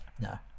No